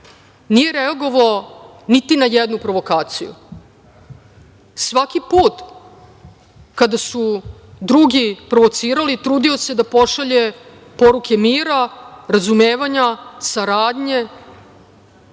Nije reagovao niti na jednu provokaciju. Svaki put kada su drugi provocirali trudio se da pošalje poruke mira, razumevanja, saradnje,